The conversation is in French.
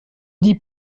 dit